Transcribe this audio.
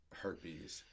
herpes